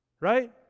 Right